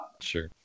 Sure